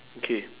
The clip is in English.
K